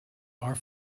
are